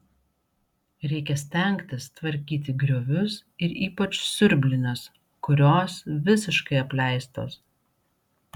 reikia stengtis tvarkyti griovius ir ypač siurblines kurios visiškai apleistos